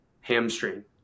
hamstring